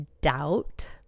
doubt